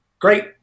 Great